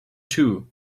too